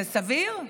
זה סביר?